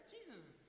Jesus